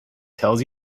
tells